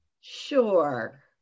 Sure